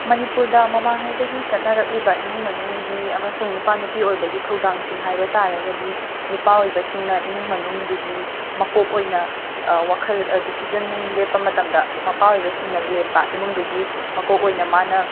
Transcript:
ꯃꯅꯤꯄꯨꯔꯗ ꯃꯃꯥꯡ ꯉꯩꯗꯒꯤ ꯆꯠꯅꯔꯛꯂꯤꯕ ꯏꯃꯨꯡ ꯃꯅꯨꯡꯒꯤ ꯑꯃꯁꯨꯡ ꯅꯨꯄꯥ ꯅꯨꯄꯤ ꯑꯣꯏꯕꯒꯤ ꯊꯧꯗꯥꯡ ꯁꯤꯡ ꯍꯥꯏꯕ ꯇꯥꯔꯒꯗꯤ ꯅꯨꯄꯥ ꯑꯣꯏꯕꯁꯤꯡꯅ ꯏꯃꯨꯡ ꯃꯅꯨꯡꯗꯨꯒꯤ ꯃꯀꯣꯛ ꯑꯣꯏꯅ ꯋꯥꯈꯜ ꯗꯤꯁꯤꯖꯟ ꯅꯨꯡ ꯂꯦꯞꯄ ꯃꯇꯝꯗ ꯃꯄꯥ ꯑꯣꯏꯕꯁꯤꯡꯅ ꯂꯦꯞꯄ ꯏꯃꯨꯡꯗꯨꯒꯤ ꯃꯀꯣꯛ ꯑꯣꯏꯅ ꯃꯥꯅ